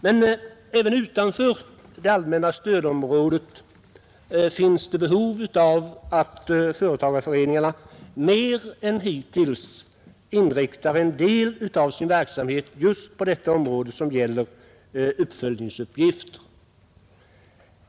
Men även utanför det allmänna stödområdet finns det behov av att företagareföreningarna mer än hittills inriktar en del av sin verksamhet just på det som gäller uppföljningsuppgifter.